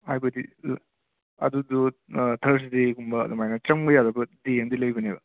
ꯍꯥꯏꯕꯗꯤ ꯑꯗ ꯑꯗꯨꯗꯣ ꯊꯔꯁꯗꯦꯒꯨꯝꯕ ꯑꯗꯨꯃꯥꯏꯅ ꯆꯪꯕ ꯌꯥꯗꯕ ꯗꯦ ꯑꯃꯗꯤ ꯂꯩꯕꯅꯦꯕ